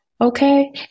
okay